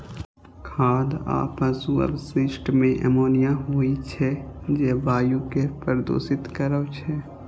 खाद आ पशु अवशिष्ट मे अमोनिया होइ छै, जे वायु कें प्रदूषित करै छै